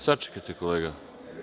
Sačekajte kolega.